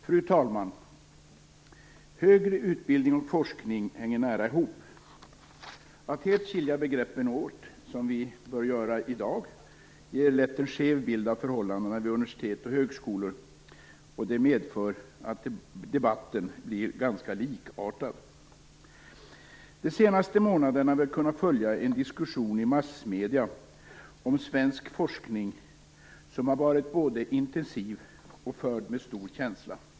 Fru talman! Högre utbildning och forskning hänger nära ihop. Att helt skilja begreppen åt, som vi bör göra i dag, ger lätt en skev bild av förhållandena vid universitet och högskolor, och det medför att debatten blir ganska likartad. De senaste månaderna har vi i massmedierna kunnat följa en diskussion om svensk forskning som både har varit intensiv och förd med stor känsla.